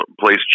place